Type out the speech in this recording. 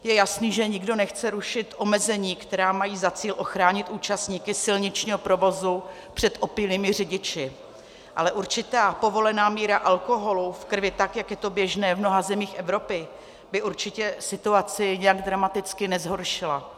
Je jasné, že nikdo nechce rušit omezení, která mají za cíl ochránit účastníky silničního provozu před opilými řidiči, ale určitá povolená míra alkoholu v krvi, tak jak je to běžné v mnoha zemích Evropy, by určitě situaci nijak dramaticky nezhoršila.